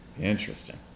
Interesting